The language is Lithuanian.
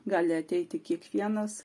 gali ateiti kiekvienas